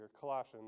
Colossians